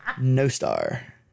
no-star